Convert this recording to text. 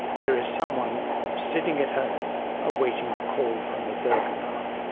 there is someone sitting at home awaiting the call from a burger barn.